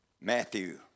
Matthew